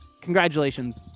congratulations